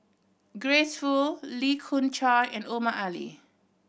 Grace Fu Lee Khoon Choy and Omar Ali